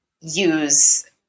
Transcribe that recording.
use